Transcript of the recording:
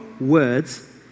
words